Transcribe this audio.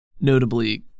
notably